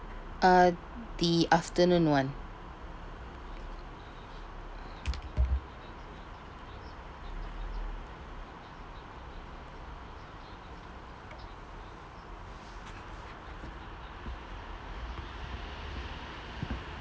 uh the afternoon one